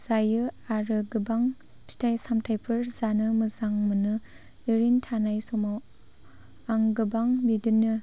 जायो आरो गोबां फिथाइ सामथायफोर जानो मोजां मोनो ओरैनो थानाय समाव आं गोबां बिदिनो